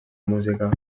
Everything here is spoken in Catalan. música